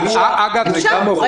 אפשר.